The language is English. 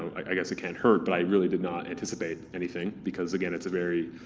i guess it can't hurt, but i really did not anticipate anything. because again, it's a very.